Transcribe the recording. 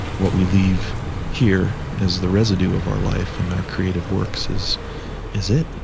what we leave here as the residue of our life and our creative works is is it.